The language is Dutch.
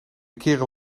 kerel